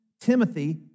Timothy